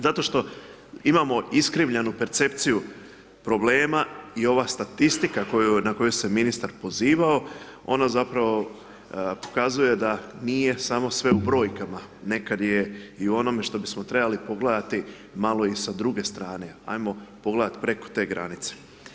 Zato što imamo iskrivljenu percepciju problema i ova statistiku na koju se ministar pozivao, ona zapravo pokazuje da nije samo sve u brojkama, nekad je i u onome što bismo trebalo pogledati malo i sa druge strane, ajmo pogledati preko te granice.